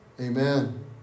Amen